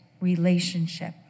relationship